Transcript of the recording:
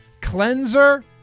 Cleanser